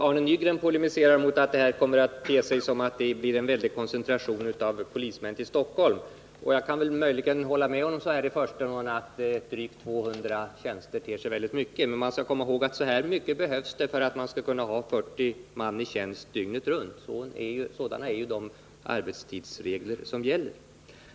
Herr talman! Arne Nygren vänder sig mot att det skulle bli en väldig koncentration av polismän till Stockholm. Jag kan möjligen hålla med honom om att drygt 200 tjänster ter sig som väldigt mycket. Men vi skall komma ihåg att så mycket behövs för att man skall kunna ha 40 man i tjänst dygnet runt; sådana är ju de arbetstidsregler som gäller.